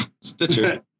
Stitcher